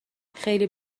خیلی